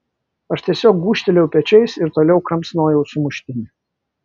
aš tiesiog gūžtelėjau pečiais ir toliau kramsnojau sumuštinį